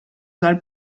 dal